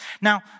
Now